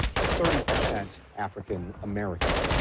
thirty percent african american.